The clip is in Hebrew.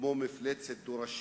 כמו מפלצת דו-ראשית,